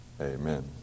amen